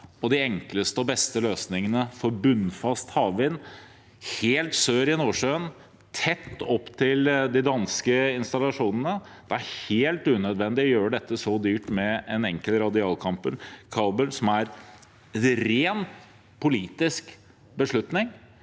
enkleste og beste løsningene for bunnfast havvind helt sør i Nordsjøen, tett opptil de danske installasjonene. Det er helt unødvendig å gjøre dette så dyrt med en enkel radialkabel, som er en ren politisk beslutning,